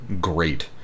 great